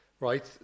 right